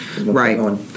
Right